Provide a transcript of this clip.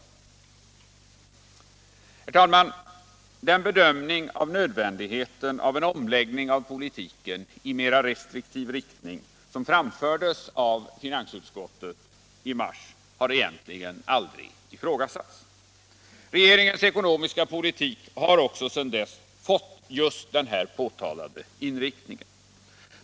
Herr talman! Den bedömning av nödvändigheten av en omläggning av politiken i mera restriktiv riktning som framfördes av finansutskottet i mars har egentligen aldrig ifrågasatts. Regeringens ekonomiska politik har också sedan dess fått just den här nämnda inriktningen.